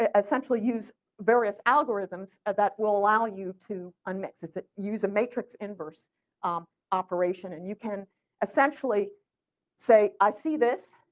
ah essentially use various algorithms ah that will allow you to unmic ah use may trick inverse um operation and you can essentially say i see this,